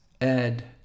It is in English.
Ed